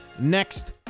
next